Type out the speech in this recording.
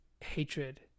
hatred